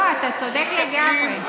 לא, אתה צודק לגמרי.